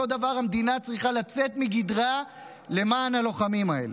אותו דבר המדינה צריכה לצאת מגדרה למען הלוחמים האלה.